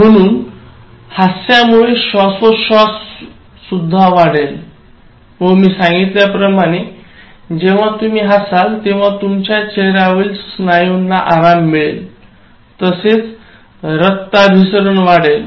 म्हणून हास्यामुळे श्वासोच्छ्वास वाढेल व मी सांगितल्याप्रमाणे जेव्हा तुम्ही हसाल तेव्हा तुमच्या चेहऱ्यावरील स्नायूंना आराम मिळेल तसेच रक्ताभिसरण वाढेल